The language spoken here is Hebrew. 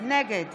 נגד